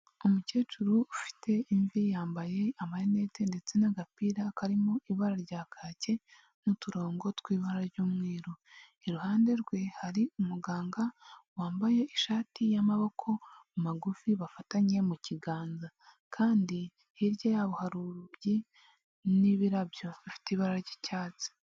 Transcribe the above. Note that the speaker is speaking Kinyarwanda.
Umukecuru ufite imvi yambaye amarinete ndetse n'agapira karimo ibara rya kake n'uturongo tw'ibara ry'umweru. Iruhande rwe hari umuganga wambaye ishati y'amaboko magufi bafatanye mu kiganza kandi hirya yabo hari urugi n'ibirabyo bifite ibara ry'icyatsi.